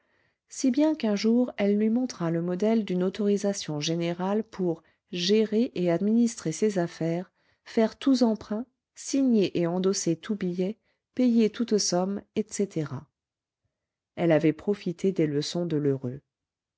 si bien qu'un jour elle lui montra le modèle d'une autorisation générale pour gérer et administrer ses affaires faire tous emprunts signer et endosser tous billets payer toutes sommes etc elle avait profité des leçons de lheureux